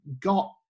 got